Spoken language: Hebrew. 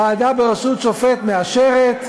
ועדה בראשות שופט בחרה, ועדה בראשות שופט מאשרת.